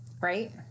Right